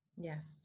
Yes